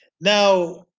Now